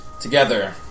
together